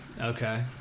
Okay